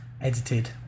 edited